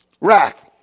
wrath